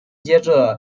接着